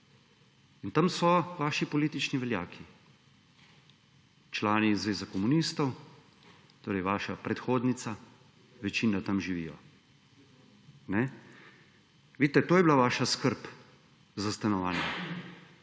In tam so vaši politični veljaki. Člani Zveze komunistov, torej vaša predhodnica, večina tam živijo. Vidite, to je bila vaša skrb za stanovanja.